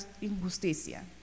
injusticia